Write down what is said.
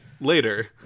later